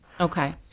Okay